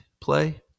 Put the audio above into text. play